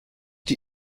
die